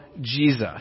Jesus